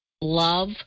love